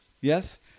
Yes